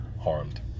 harmed